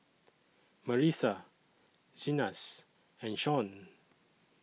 Marisa Zenas and Shon